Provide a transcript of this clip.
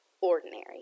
ordinary